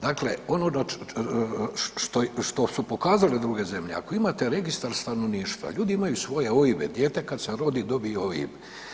Dakle, ono što su pokazale druge zemlje, ako imate registar stanovništva, ljudi imaju svoje OIB-e, dijete kad se rodi dobije OIB.